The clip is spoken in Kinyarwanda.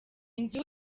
nzu